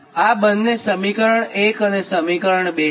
આ બંને સમીકરણ 1 છે અને સમીકરણ 2 છે